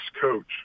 coach